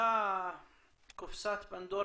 נפתחה קופסת פנדורה.